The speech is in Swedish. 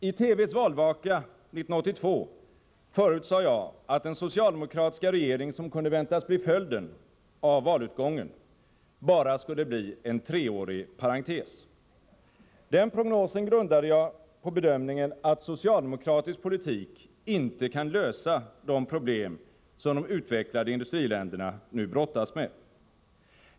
I TV:s valvaka 1982 förutsade jag, att den socialdemokratiska regering som kunde väntas bli en följd av valutgången bara skulle bli en treårig parentes. Den prognosen grundade jag på bedömningen att socialdemokratisk politik inte kan lösa de problem som de utvecklade industriländerna nu brottas med.